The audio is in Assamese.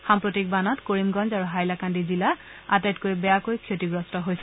সাম্প্ৰতিক বানত কৰিমগঞ্জ আৰু হাইলাকান্দি জিলা আটাইতকৈ বেয়াকৈ ক্ষতিগ্ৰস্ত হৈছে